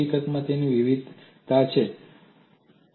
હકીકતમાં તેની વિવિધતા છે